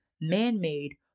man-made